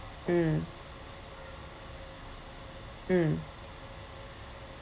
mm mm